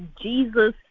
Jesus